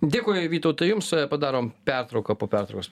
dėkui vytautai jums padarom pertrauką po pertraukos